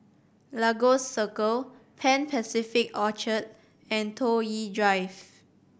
Lagos Circle Pan Pacific Orchard and Toh Yi Drive